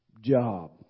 job